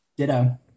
ditto